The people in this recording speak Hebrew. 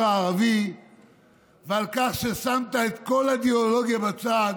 הערבי ועל כך ששמת את כל האידיאולוגיה בצד,